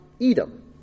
Edom